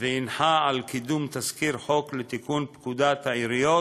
והנחה לקדם תזכיר חוק לתיקון פקודת העיריות,